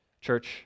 church